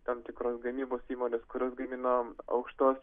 tam tikros gamybos įmonės kurios gamina aukštos